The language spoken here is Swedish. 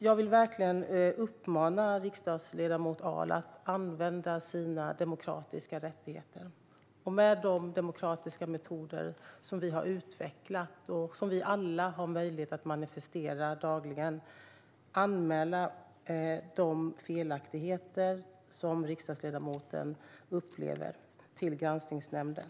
Jag vill verkligen uppmana riksdagsledamot Ahl att använda sina demokratiska rättigheter och att med de demokratiska metoder som vi har utvecklat och som vi alla har möjlighet att dagligen manifestera anmäla de felaktigheter som riksdagsledamoten upplever till granskningsnämnden.